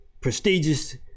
Prestigious